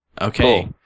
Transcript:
okay